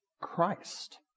Christ